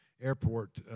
airport